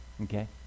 okay